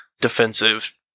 defensive